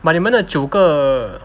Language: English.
but 你们的九个